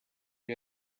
you